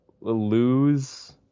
lose